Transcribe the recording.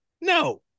No